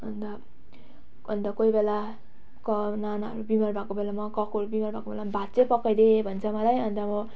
अनि त अनि त कोही बेला को नानाहरू बिमार भएको बेलामा क कोही बिमार भएको बेलामा भात चाहिँ पकाइदे भन्छ मलाई अनि त म